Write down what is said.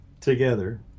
together